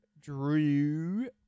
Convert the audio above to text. Drew